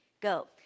Go